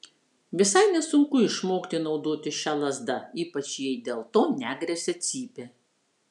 visai nesunku išmokti naudotis šia lazda ypač jei dėl to negresia cypė